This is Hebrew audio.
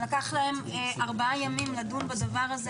לקח להם ארבעה ימים לדון בדבר הזה,